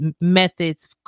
methods